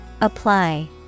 Apply